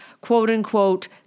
Quote-unquote